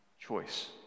choice